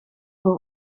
voor